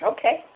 Okay